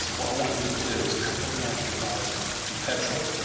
so what i want you to do is cover the amplifiers and petrol.